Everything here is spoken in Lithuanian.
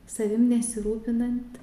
savim nesirūpinant